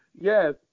Yes